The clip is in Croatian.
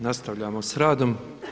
Nastavljamo s radom.